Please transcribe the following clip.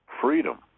freedom